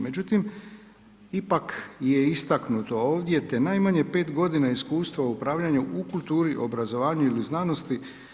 Međutim, ipak je istaknuto ovdje te najmanje 5 godina iskustva u upravljanju u kulturi obrazovanja ili znanosti.